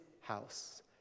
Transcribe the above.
house